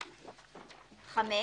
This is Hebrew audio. (5)